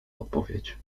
odpowiedź